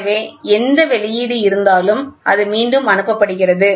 எனவே எந்த வெளியீடு இருந்தாலும் அது மீண்டும் அனுப்பப்படுகிறது